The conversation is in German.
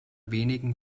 wenigen